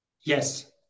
Yes